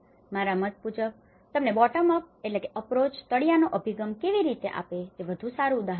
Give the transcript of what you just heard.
મારા મત મુજબ આ તમને bottom up approach bottom up approach તળિયાનો અભિગમ કેવી રીતે આપે છે તેનું સારું ઉદાહરણ છે